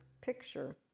picture